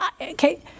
Okay